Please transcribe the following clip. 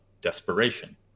desperation